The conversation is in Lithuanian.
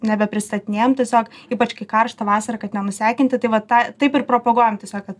nebepristatinėjam tiesiog ypač kai karšta vasarą kad nenusekinti tai va tą taip ir propaguojam tiesiog kad